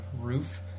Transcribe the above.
roof